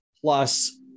plus